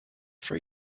for